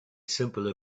simple